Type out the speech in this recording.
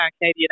Canadian